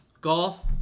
golf